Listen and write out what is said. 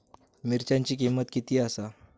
मिरच्यांची किंमत किती आसा?